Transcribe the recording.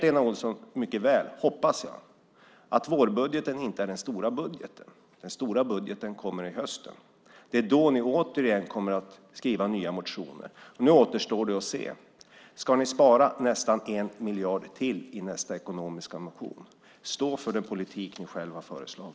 Lena Olsson vet mycket väl, hoppas jag, att vårbudgeten inte är den stora budgeten. Den stora budgeten kommer till hösten. Då kommer ni återigen att skriva motioner. Nu återstår att se om ni ska spara nästan 1 miljard till i nästa ekonomiska motion. Stå för den politik som ni själva har föreslagit!